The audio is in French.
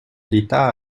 l’état